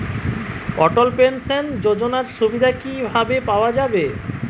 অটল pension যোজনার সুবিধা কি ভাবে পাওয়া যাবে?